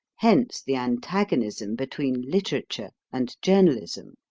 hence the antagonism between literature and journalism.